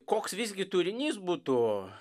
koks visgi turinys būtų